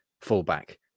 fullback